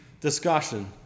discussion